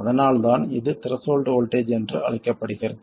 அதனால்தான் இது threshold voltage என்று அழைக்கப்படுகிறது